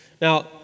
Now